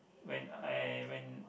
when I when